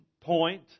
point